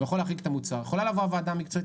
יכולה לבוא הוועדה המקצועית,